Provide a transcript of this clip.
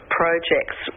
projects